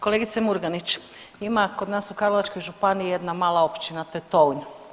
Kolegice Murganić ima kod nas u Karlovačkoj županiji jedna mala općina to je Tounj.